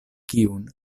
kiun